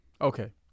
Okay